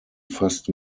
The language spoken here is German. fast